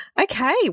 Okay